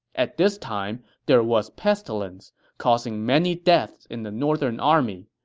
at this time, there was pestilence, causing many deaths in the northern army,